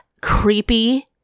creepy